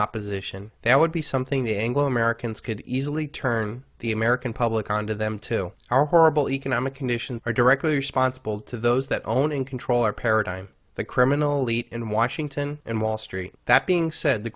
opposition there would be something the anglo americans could easily turn the american public on to them to our horrible economic conditions are directly responsible to those that own and control or paradigm the criminal eat in washington and wall street that being said the